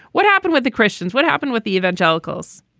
what happened with the christians? what happened with the evangelicals?